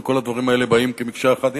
וכל הדברים האלה באים כמקשה אחת,